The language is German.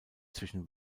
zwischen